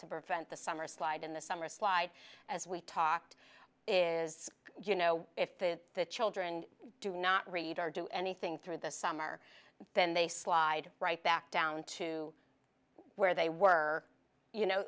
to prevent the summer slide in the summer slide as we talked is you know if the children do not read or do anything through the summer then they slide right back down to where they were you know